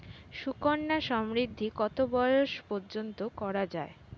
সুকন্যা সমৃদ্ধী কত বয়স পর্যন্ত করা যায়?